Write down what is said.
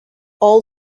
all